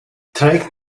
trägt